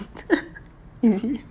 is it